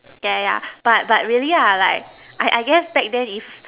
yeah yeah yeah but but really ya like I I guess back then if